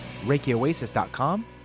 ReikiOasis.com